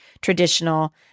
traditional